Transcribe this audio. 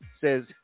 Says